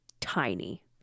tiny